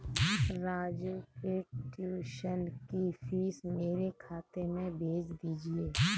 राजू के ट्यूशन की फीस मेरे खाते में भेज दीजिए